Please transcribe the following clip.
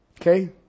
Okay